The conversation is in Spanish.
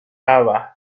java